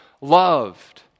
loved